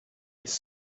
his